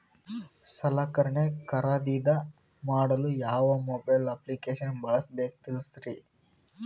ಸಲಕರಣೆ ಖರದಿದ ಮಾಡಲು ಯಾವ ಮೊಬೈಲ್ ಅಪ್ಲಿಕೇಶನ್ ಬಳಸಬೇಕ ತಿಲ್ಸರಿ?